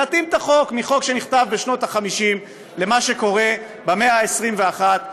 להתאים את החוק מחוק שנכתב בשנות ה-50 למה שקורה במאה ה-21.